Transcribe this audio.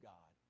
God